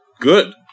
Good